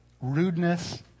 rudeness